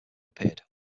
appeared